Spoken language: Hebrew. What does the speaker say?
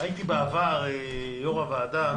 הייתי בעבר יושב-ראש הוועדה